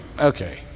okay